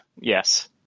Yes